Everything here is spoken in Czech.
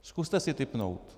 Zkuste si tipnout.